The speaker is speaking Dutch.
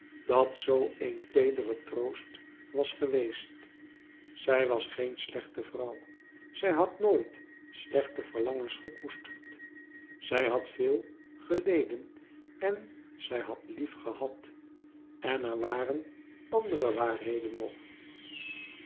dat zoo een teedere troost was geweest zij was geen slechte vrouw zij had nooit slechte verlangens gekoesterd zij had veel geleden en zij had lief gehad en er waren andere waarheden nog